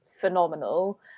phenomenal